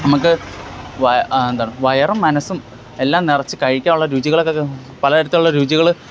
നമ്മള്ക്ക് വ എന്താണ് വയറും മനസ്സും എല്ലാം നിറച്ച് കഴിക്കാനുള്ള രുചികൾക്കൊക്കെ പലതരത്തിലുള്ള രുചികള്